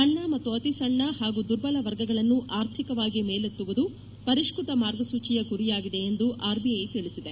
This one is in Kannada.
ಸಣ್ಣ ಮತ್ತು ಅತಿಸಣ್ಣ ಹಾಗೂ ದುರ್ಬಲ ವರ್ಗಗಳನ್ನು ಆರ್ಥಿಕವಾಗಿ ಮೇಲೆತ್ತುವುದು ಪರಿಷ್ಟ ತ ಮಾರ್ಗಸೂಚಿಯ ಗುರಿಯಾಗಿದೆ ಎಂದು ಆರ್ಬಿಐ ತಿಳಿಸಿದೆ